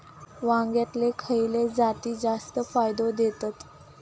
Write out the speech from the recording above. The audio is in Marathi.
वांग्यातले खयले जाती जास्त फायदो देतत?